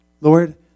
Lord